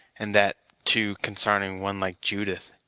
and that, too, consarning one like judith?